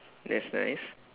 that's nice